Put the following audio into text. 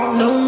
no